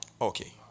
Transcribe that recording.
Okay